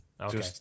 Okay